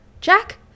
Jack